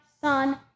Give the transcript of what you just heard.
son